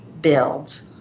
Build